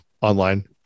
online